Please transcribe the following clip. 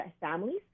families